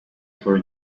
for